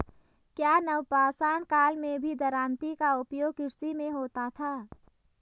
क्या नवपाषाण काल में भी दरांती का उपयोग कृषि में होता था?